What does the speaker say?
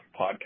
podcast